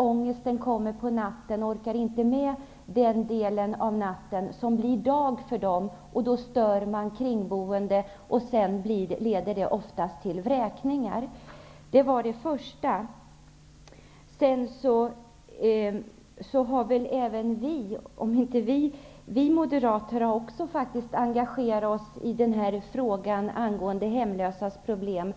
Ångesten kommer på natten. De orkar inte med den delen av natten, som av dem uppfattas som dag. De stör då de kringboende, vilket oftast leder till vräkningar. Vidare har också vi moderater engagerat oss i frågan om de hemlösas problem.